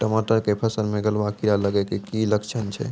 टमाटर के फसल मे गलुआ कीड़ा लगे के की लक्छण छै